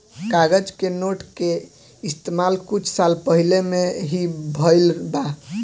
कागज के नोट के इस्तमाल कुछ साल पहिले में ही भईल बा